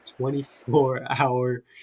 24-hour